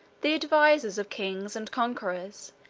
the advisers of kings and conquerors,